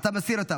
אתה מסיר אותן?